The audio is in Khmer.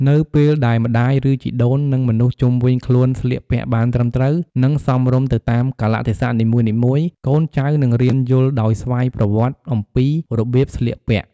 នៅពេលដែលម្ដាយ ឬជីដូន និងមនុស្សជំុវិញខ្លួនស្លៀកពាក់បានត្រឹមត្រូវ និងសមរម្យទៅតាមកាលៈទេសៈនីមួយៗ កូនចៅនឹងរៀនយល់ដោយស្វ័យប្រវត្តិអំពីរបៀបស្លៀកពាក់។